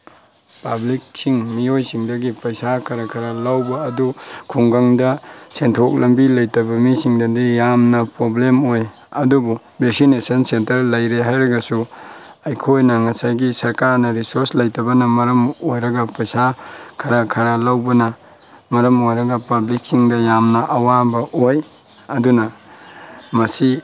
ꯄꯕ꯭ꯂꯤꯛꯁꯤꯡ ꯃꯤꯑꯣꯏꯁꯤꯡꯗꯒꯤ ꯄꯩꯁꯥ ꯈꯔ ꯈꯔ ꯂꯧꯕ ꯑꯗꯨ ꯈꯨꯡꯒꯪꯗ ꯁꯦꯟꯊꯣꯛ ꯂꯝꯕꯤ ꯂꯩꯇꯕ ꯃꯤꯁꯤꯡꯗꯗꯤ ꯌꯥꯝꯅ ꯄ꯭ꯂꯣꯕ꯭ꯂꯦꯝ ꯑꯣꯏ ꯑꯗꯨꯕꯨ ꯕꯦꯛꯁꯤꯅꯦꯁꯟ ꯁꯦꯟꯇ꯭ꯔ ꯂꯩꯔꯦ ꯍꯥꯏꯔꯒꯁꯨ ꯑꯈꯣꯏꯅ ꯉꯁꯥꯏꯒꯤ ꯁ꯭ꯔꯀꯥꯔꯅ ꯔꯤꯁꯣꯁ ꯂꯩꯇꯕꯅ ꯃꯔꯝ ꯑꯣꯏꯔꯒ ꯄꯩꯁꯥ ꯈꯔ ꯈꯔ ꯂꯧꯕꯅ ꯃꯔꯝ ꯑꯣꯏꯔꯒ ꯄꯕ꯭ꯂꯤꯛꯁꯤꯡꯗ ꯌꯥꯝꯅ ꯑꯋꯥꯕ ꯑꯣꯏ ꯑꯗꯨꯅ ꯃꯁꯤ